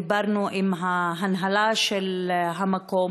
דיברנו עם ההנהלה של המקום,